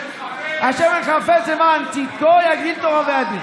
"ה' חפץ למען צדקו יגדיל תורה ויאדיר".